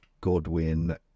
Godwin